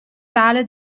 tale